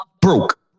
broke